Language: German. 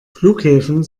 flughäfen